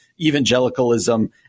evangelicalism